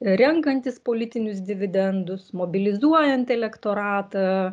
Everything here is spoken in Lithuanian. renkantis politinius dividendus mobilizuojant elektoratą